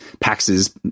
PAX's